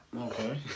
Okay